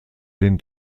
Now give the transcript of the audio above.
den